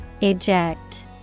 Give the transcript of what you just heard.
Eject